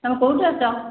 ତମେ କେଉଁଠୁ ଅସିଛ